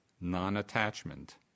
non-attachment